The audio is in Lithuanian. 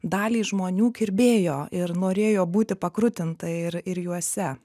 daliai žmonių kirbėjo ir norėjo būti pakrutinta ir ir juose